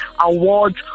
awards